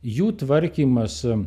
jų tvarkymas